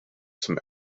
zum